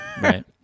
Right